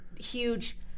huge